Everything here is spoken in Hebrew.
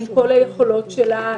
עם כל היכולות שלה,